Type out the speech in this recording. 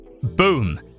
Boom